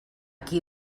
qui